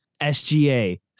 SGA